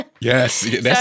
Yes